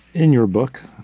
in your book,